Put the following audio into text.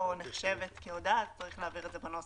נחשבת כהודעה אז צריך להבהיר את זה בנוסח.